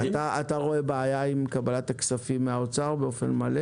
אתה רואה בעיה עם קבלת הכספים מן האוצר באופן מלא?